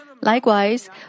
Likewise